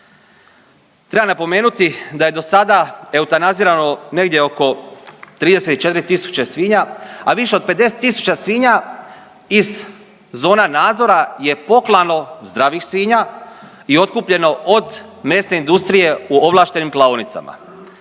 Treba napomenuti da je do sada eutanazirano negdje oko 34.000 svinja, a više od 50.000 svinja iz zona nadzora je poklano, zdravih svinja i otkupljeno od mesne industrije u ovlaštenim klaonicama.